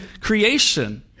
creation